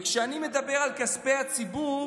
וכשאני מדבר על כספי הציבור,